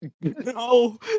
No